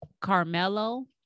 carmelo